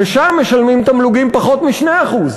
ושם משלמים תמלוגים פחות מ-2%.